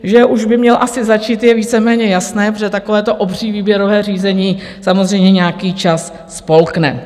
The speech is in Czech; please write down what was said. Že už by měl asi začít, je víceméně jasné, protože takovéto obří výběrové řízení samozřejmě nějaký čas spolkne.